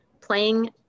playing